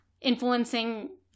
influencing